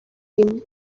rimwe